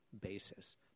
basis